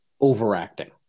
overacting